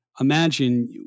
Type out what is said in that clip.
imagine